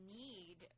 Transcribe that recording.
need